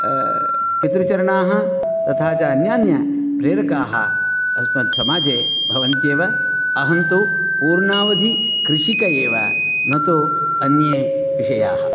पितृचरणाः तथा च अन्यान्यप्रेरकाः अस्मत् समाजे भवन्त्येव अहन्तु पूर्णावधीकृषिक एव न तु अन्ये विषयाः